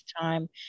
time